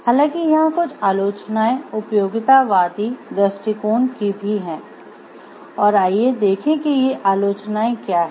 हालाँकि यहाँ कुछ आलोचनाएँ उपयोगितावादी दृष्टिकोण की भी हैं और आइए देखें कि ये आलोचनाएँ क्या हैं